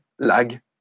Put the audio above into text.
lag